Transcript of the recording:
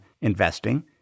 investing